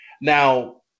Now